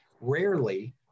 rarely